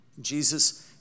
Jesus